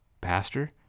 pastor